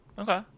Okay